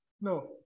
No